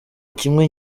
kimwe